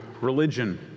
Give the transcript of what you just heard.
Religion